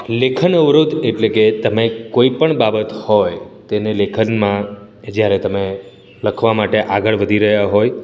લેખન અવરોધ એટલે કે તમે કોઇ પણ બાબત હોય તેને લેખનમાં જ્યારે તમે લખવા માટે આગળ વધી રહ્યા હોય